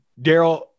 Daryl